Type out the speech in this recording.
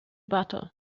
battle